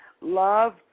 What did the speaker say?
love